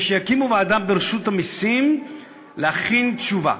שיקימו ברשות המסים ועדה שתכין תשובה.